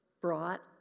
Brought